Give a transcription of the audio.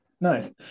nice